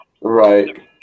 Right